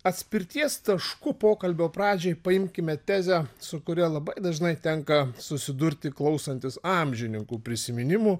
atspirties tašku pokalbio pradžiai paimkime tezę su kuria labai dažnai tenka susidurti klausantis amžininkų prisiminimų